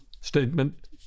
statement